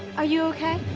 are you okay?